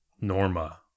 Norma